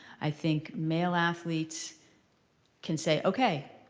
i think male athletes can say ok,